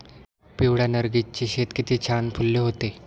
पिवळ्या नर्गिसचे शेत किती छान फुलले होते